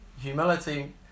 humility